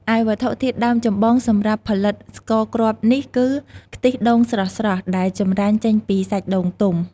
ឯវត្ថុធាតុដើមចម្បងសម្រាប់ផលិតស្ករគ្រាប់នេះគឺ ខ្ទិះដូងស្រស់ៗដែលចម្រាញ់ចេញពីសាច់ដូងទុំ។